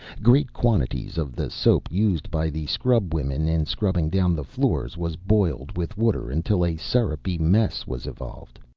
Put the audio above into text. great quantities of the soap used by the scrubwomen in scrubbing down the floors was boiled with water until a sirupy mess was evolved.